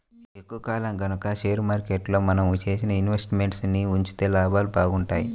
ఎక్కువ కాలం గనక షేర్ మార్కెట్లో మనం చేసిన ఇన్వెస్ట్ మెంట్స్ ని ఉంచితే లాభాలు బాగుంటాయి